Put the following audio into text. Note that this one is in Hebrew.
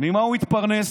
ממה הוא יתפרנס?